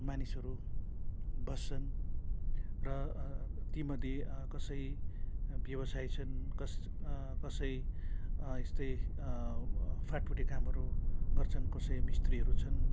मानिसहरू बस्छन् र ती मध्ये कसै व्यवसायी छन् कस् कसै यस्तै फाटफुटे कामहरू गर्छन् कसै मिस्त्रीहरू छन्